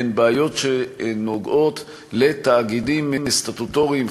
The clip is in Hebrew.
הן בעיות שנוגעות בתאגידים סטטוטוריים,